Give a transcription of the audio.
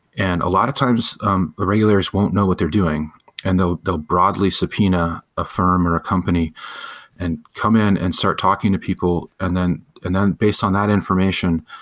and a lot of times regulars won't know what they're doing and they'll broadly subpoena a firm or a company and come in and start talking to people, and then and then based on that information,